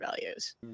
values